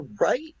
right